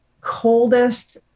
coldest